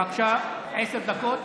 בבקשה, עשר דקות.